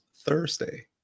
Thursday